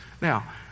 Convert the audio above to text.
Now